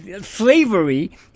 slavery